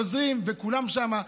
עוזרים וכולם שם,